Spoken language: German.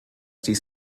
dies